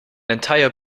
entire